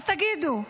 אז תגידו,